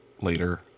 later